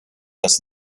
das